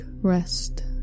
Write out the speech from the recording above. rest